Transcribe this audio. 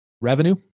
revenue